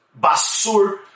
Basur